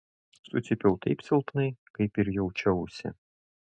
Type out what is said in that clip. sucypiau taip silpnai kaip ir jaučiausi